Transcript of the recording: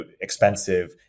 expensive